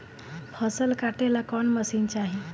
फसल काटेला कौन मशीन चाही?